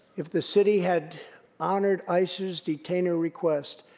if the city had honored ice's detainer request,